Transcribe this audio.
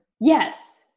Yes